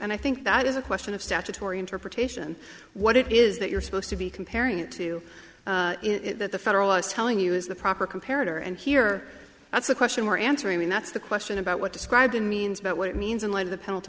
and i think that is a question of statutory interpretation what it is that you're supposed to be comparing it to that the federal law is telling you is the proper compared her and here that's a question we're answering that's the question about what described in means but what it means in light of the penult